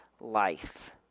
life